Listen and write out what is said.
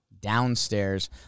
Downstairs